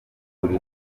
buri